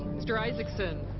mr. isakson.